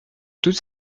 toutes